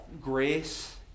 grace